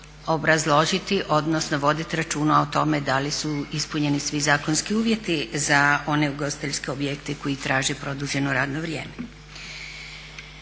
obrazložiti odnosno voditi računa o tome da li su ispunjeni svi zakonski uvjeti za one ugostiteljske objekte koji traže produženo radno vrijeme.